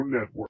Network